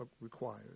required